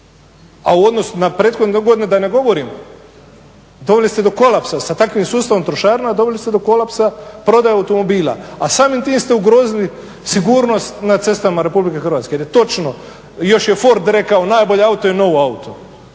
A u odnosu na prethodne godine da ne govorim, doveli ste do kolapsa sa takvim sustavom trošarina, doveli ste do kolapsa prodaje automobila, a samim time ste ugrozili sigurnost na cestama RH jer je točno, još je Ford rekao, najbolji auto je nov' auto.